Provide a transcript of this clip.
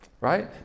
Right